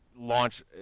Launch